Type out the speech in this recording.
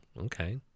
Okay